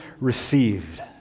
received